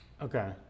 Okay